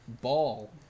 ball